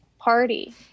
party